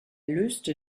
löste